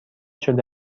شده